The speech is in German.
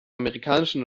amerikanischen